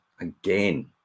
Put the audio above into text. Again